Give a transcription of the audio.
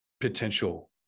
potential